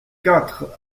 quatre